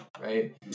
Right